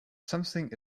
something